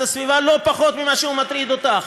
הסביבה לא פחות ממה שהוא מטריד אותך,